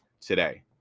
today